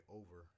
over